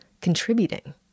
contributing